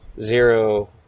zero